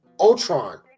Ultron